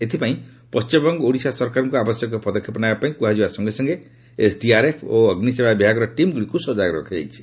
ଏଥିପାଇଁ ପଣ୍ଟିମବଙ୍ଗ ଓଡ଼ିଶା ସରକାରଙ୍କୁ ଆବଶ୍ୟକୀୟ ପଦକ୍ଷେପ ନେବା ପାଇଁ କୁହାଯିବା ସଙ୍ଗେ ସଙ୍ଗେ ଏସ୍ଡିଆର୍ଏଫ୍ ଓ ଅଗ୍ନିସେବା ବିଭାଗର ଟିମ୍ଗୁଡ଼ିକୁ ସଜାଗ ରଖାଯାଇଛି